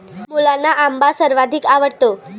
मुलांना आंबा सर्वाधिक आवडतो